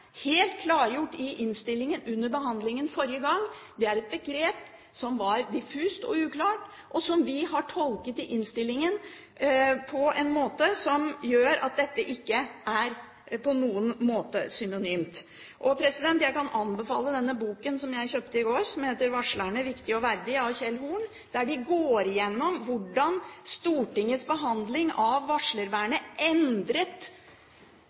helt klargjort i innstillingen under behandlingen forrige gang. Det er et begrep som var diffust og uklart, og som vi har tolket i innstillingen på en måte som gjør at dette ikke på noen måte er synonymt. Jeg kan anbefale boken som jeg kjøpte i går, som heter «Varsleren – viktig og verdig», av Kjell Horn, der de går gjennom hvordan Stortingets behandling av varslervernet endret